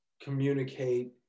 communicate